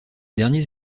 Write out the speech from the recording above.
derniers